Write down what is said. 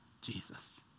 Jesus